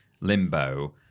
Limbo